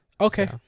Okay